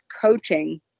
coaching